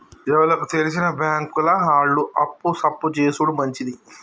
ఎవలకు తెల్సిన బాంకుల ఆళ్లు అప్పు సప్పు జేసుడు మంచిది